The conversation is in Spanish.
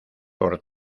por